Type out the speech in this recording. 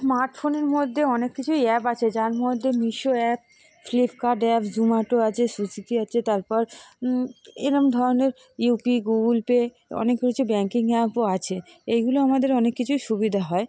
স্মার্টফোনের মধ্যে অনেক কিছুই অ্যাপ আছে যার মধ্যে Meesho app Flipkart app Zomato আছে সুসুগি আছে তারপর এরম ধরনের ইউপি গুগুল পে অনেক কিছু ব্যাঙ্কিং অ্যাপও আছে এইগুলো আমাদের অনেক কিছুই সুবিধে হয়